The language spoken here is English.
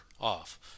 off